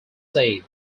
said